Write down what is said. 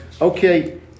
okay